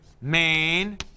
main